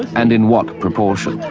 and in what proportion.